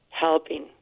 helping